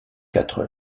quatre